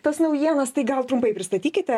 tas naujienas tai gal trumpai pristatykite